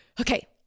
Okay